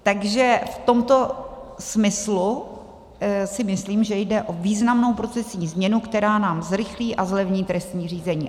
Takže v tomto smyslu si myslím, že jde o významnou procesní změnu, která nám zrychlí a zlevní trestní řízení.